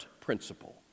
Principle